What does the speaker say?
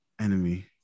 enemy